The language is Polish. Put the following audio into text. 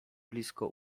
blisko